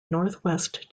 northwest